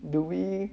do we